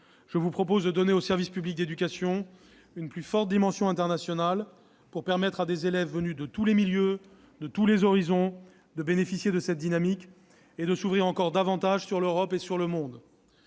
je vous propose de conférer au service public d'éducation une plus forte dimension internationale afin que les élèves venus de tous les milieux et de tous les horizons puissent bénéficier de cette dynamique et s'ouvrent encore davantage sur l'Europe et le monde.